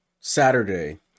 Saturday